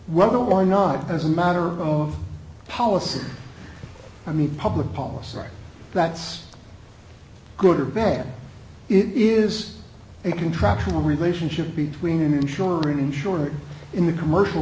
whether or not as a matter of policy i mean public policy that's good or bad it is a contractual relationship between an insurer insured in the commercial